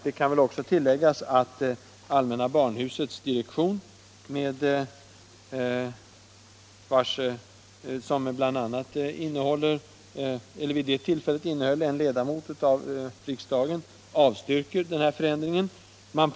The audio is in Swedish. Det kan också tilläggas att allmänna barnhusets direktion, som vid ifrågavarande tillfälle omfattade en ledamot av riksdagen, avstyrker förändringen.